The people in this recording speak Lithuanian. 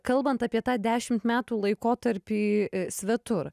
kalbant apie tą dešimt metų laikotarpį svetur